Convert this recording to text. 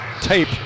tape